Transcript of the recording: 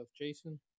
Jason